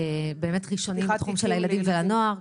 באמת ראשוניים בתחום של הילדים והנוער.